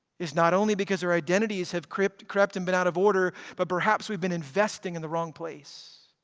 is not only because their identities have crept crept and been out of order, but perhaps we've been investing in the wrong place,